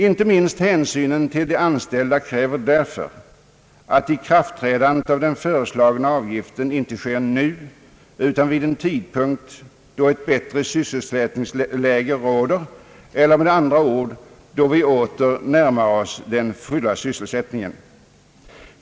Inte minst hänsynen till de anställda kräver därför att ikraftträdandet av den föreslagna avgiften inte sker nu utan vid en tidpunkt, då ett bättre sysselsättningsläge råder eller — med andra ord — då vi åter närmar oss den fulla sysselsättningen.